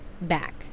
back